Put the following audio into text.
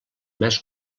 més